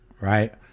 right